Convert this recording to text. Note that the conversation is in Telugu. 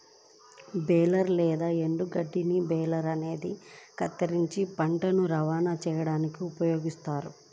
బేలర్ లేదా ఎండుగడ్డి బేలర్ అనేది కత్తిరించిన పంటను రవాణా చేయడానికి ఉపయోగిస్తారు